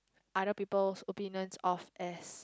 other people's opinions off as